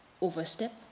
overstep